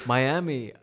Miami